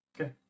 Okay